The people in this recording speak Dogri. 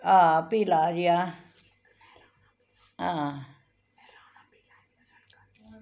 हां पीला जेहा हां हां